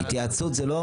התייעצות זה לא